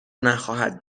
نخواهد